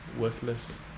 worthless